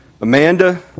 Amanda